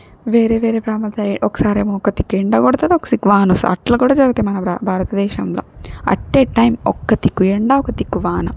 వేరే వేరే ప్రాంతాల సైడ్ ఒక సారేమో ఒక దిక్కు ఎండ కొడతాది ఒకసిక్కు వానొస్తాది అట్ల కూడా జరుగుతాయ్ మన బ్రా భారతదేశంలో అట్టే టైం ఒక్కదిక్కు ఎండ ఒకదిక్కు వాన